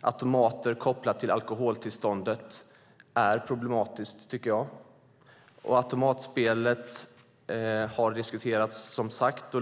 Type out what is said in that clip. Automater kopplat till alkoholtillståndet är problematiskt. Automatspelet har som sagt diskuterats.